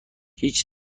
هیچ